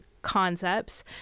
concepts